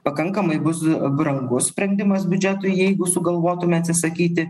pakankamai bus brangus sprendimas biudžetui jeigu sugalvotume atsisakyti